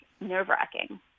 nerve-wracking